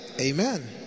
Amen